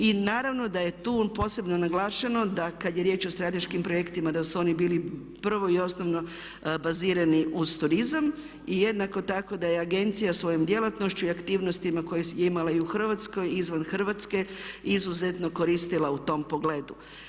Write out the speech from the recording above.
I naravno da je tu posebno naglašeno da kada je riječ o strateškim projektima da su oni bili prvo i osnovno bazirani uz turizam i jednako tako da je agencija svojom djelatnošću i aktivnostima koje je imala i u Hrvatskoj i izvan Hrvatske izuzetno koristila u tom pogledu.